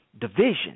Division